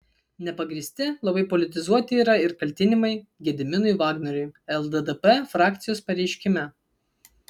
nepagrįsti labai politizuoti yra ir kaltinimai gediminui vagnoriui lddp frakcijos pareiškime